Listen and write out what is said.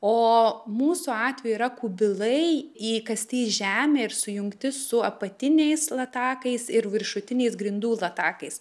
o mūsų atveju yra kubilai įkasti į žemę ir sujungti su apatiniais latakais ir viršutiniais grindų latakais